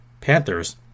Panthers